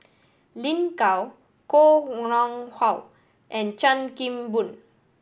Lin Gao Koh Nguang How and Chan Kim Boon